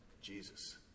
Jesus